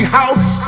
house